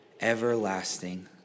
everlasting